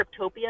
cryptopia